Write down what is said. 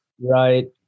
Right